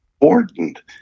important